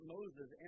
Moses